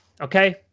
okay